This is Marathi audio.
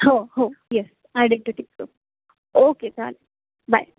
हो हो यस आयडिंटीटी प्रूफ ओके चालेल बाय